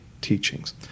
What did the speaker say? teachings